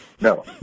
no